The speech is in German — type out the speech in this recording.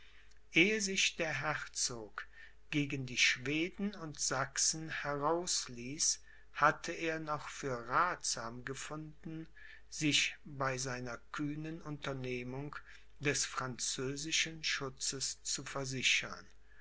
ehe sich der herzog gegen die schweden und sachsen herausließ hatte er noch für rathsam gefunden sich bei seiner kühnen unternehmung des französischen schutzes zu versichern